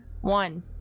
one